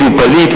שהם פליטים,